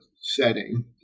setting